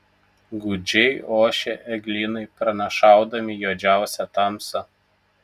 gūdžiai ošė eglynai pranašaudami juodžiausią tamsą